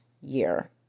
year